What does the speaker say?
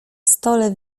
stole